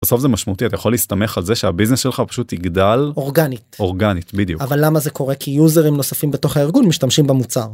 בסוף זה משמעותי, אתה יכול להסתמך על זה שהביזנס שלך פשוט יגדל - אורגנית - אורגנית, בדיוק - אבל למה זה קורה? כי יוזרים נוספים בתוך הארגון משתמשים במוצר.